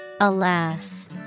alas